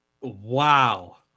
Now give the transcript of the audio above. Wow